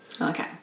Okay